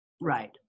Right